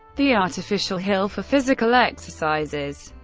the artificial hill for physical exercises,